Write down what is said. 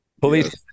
police